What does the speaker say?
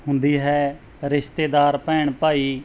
ਹੁੰਦੀ ਹੈ ਰਿਸ਼ਤੇਦਾਰ ਭੈਣ ਭਾਈ